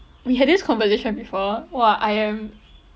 we had this conversation before !wah! I am